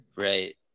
Right